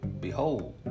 behold